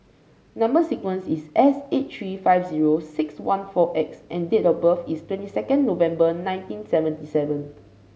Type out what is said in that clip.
number sequence is S eight three five zero six one four X and date of birth is twenty second November nineteen seventy seven